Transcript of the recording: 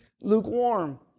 lukewarm